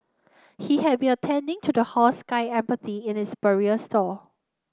he had been attending to the horse Sky Empathy in its barrier stall